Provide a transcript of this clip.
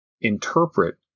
interpret